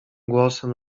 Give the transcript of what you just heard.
głosem